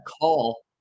call